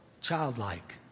childlike